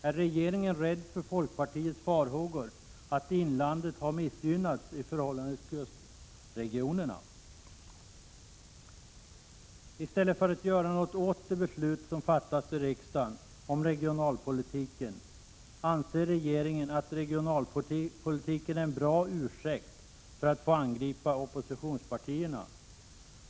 Är regeringen rädd för folkpartiets farhågor att inlandet har missgynnats i förhållande till kustregionerna? I stället för att göra något åt de beslut som fattats i riksdagen om regionalpolitiken anser regeringen att regionalpolitiken är en bra ursäkt för att få angripa oppositionspartierna.